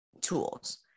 tools